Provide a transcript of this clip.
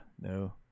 no